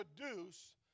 produce